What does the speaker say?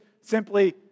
simply